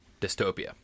Dystopia